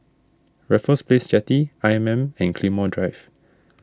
Raffles Place Jetty I M M and Claymore Drive